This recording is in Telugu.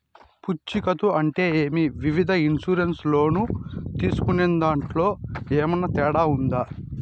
పూచికత్తు అంటే ఏమి? వివిధ ఇన్సూరెన్సు లోను తీసుకునేదాంట్లో ఏమన్నా తేడా ఉందా?